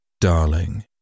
darling